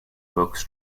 books